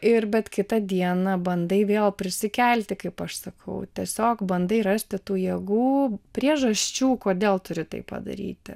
ir bet kitą dieną bandai vėl prisikelti kaip aš sakau tiesiog bandai rasti tų jėgų priežasčių kodėl turi tai padaryti